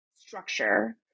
structure